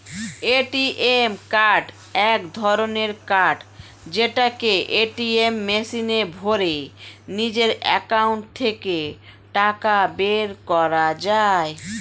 ATM card এক ধরণের card যেটাকে এটিএম মেশিনে ভরে নিজের একাউন্ট থেকে টাকা বের করা যায়